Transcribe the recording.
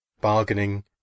bargaining